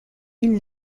une